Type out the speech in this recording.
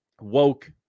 woke